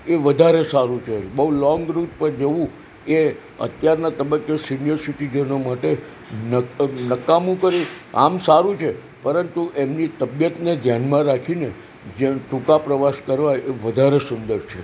એ વધારે સારું છે બહુ લોંગ રુટ પર જવું એ અત્યારના તબક્કે સિનિયર સિટીઝનો માટે ન નકામું કરી આમ સારું છે પરંતુ એમની તબિયતનું ધ્યાનમાં રાખીને જે ટૂંકા પ્રવાસ કરવા એ વધારે સુંદર છે